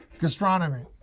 Gastronomy